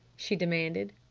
she demanded.